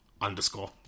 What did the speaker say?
underscore